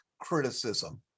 criticism